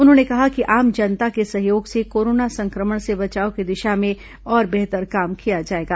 उन्होंने कहा कि आम जनता के सहयोग से कोरोना संक्रमण से बचाव की दिशा में और बेहतर काम किया जाएगा